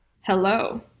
Hello